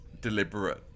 deliberate